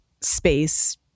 space